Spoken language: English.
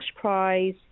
prize